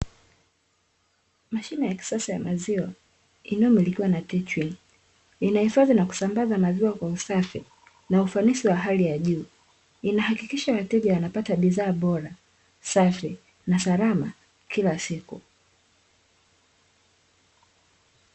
Mashine ya kisasa ya maziwa inayo milikiwa na "TECHWIN"inahifadhi na kusambaza maziwa kwa usafi na ufanisi wa hali ya juu, inahakikisha wateja wanapata bidhaa bora, safi na salama kila siku.